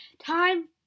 time